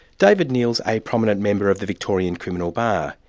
david neal is a prominent member of the victorian criminal bar.